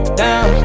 down